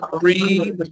three